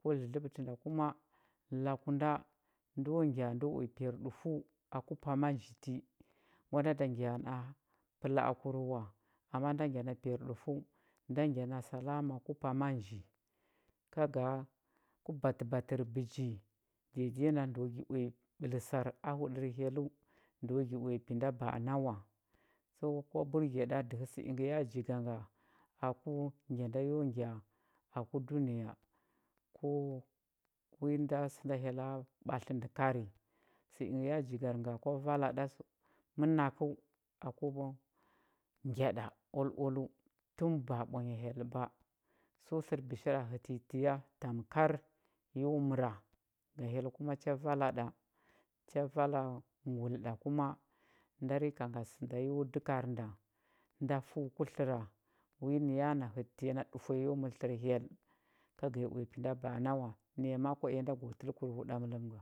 Ko dlədləɓətə nda kuma laku nda ndo ngya ndo uya piyarɗufəu aku pama nji ti, ngwa nda ngya na pəla akur wa ama nda ngya na piyarɗufəu nda ngya na salama ku pama nji ka ga ku batəbatər bəji dede na ndəu gi uya ɓəlsar a huɗər hyelləu ndəu gi uya pi nda ba anawa so kwa burge ɗa dəhə sə ingə ya jiga nga aku ngya nda yo ngya aku dunəya ku wi sə nda hyella ɓatlə ndə kari sə ingə ya jiga nga kwa vala ɗa mənakəu aku ngya ɗa ololəu tun ba ɓwanya hyell ba so tlər bishara hətə nyi tə ya tamkar yo məra ga hyell kuma cha vala ɗa cha vala nguli ɗa kuma nda rika ngatə sə nda yo dəkar nda nda fəu ku tləra wi nə ya na hətə tə ya na dufwa ya yo mər tlər hyell ka ga ya uya pi nda ba anawa naya ma a kwa i ya nda go təlkur huɗamələm nga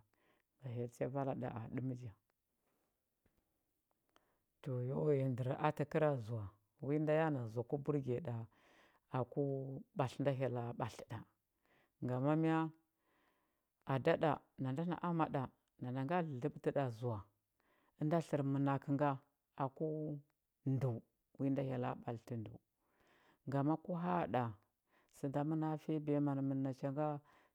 ga hyel cha vala ɗa aɗəmja. To yo ghəya ndər a təkəra zwa wi nda ya na zwa kwa burge ɗa aku ɓatlə nda hyella ɓatlə ɗa gama mya ada ɗa nanda na ama ɗa nanda nga dlədləɓətə ɗa zwa ənda tlər mənakə nga aku ndəu wi nda hyella ɓatlətə ndəu gama ku haaɗa sə nda məna fiya biyaman mən nacha nga